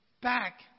Back